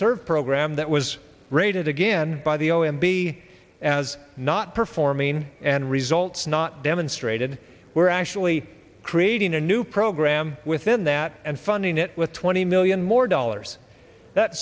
serve program that was rated again by the o m b as not performing and results not demonstrated we're actually creating a new program within that and funding it with twenty million more dollars that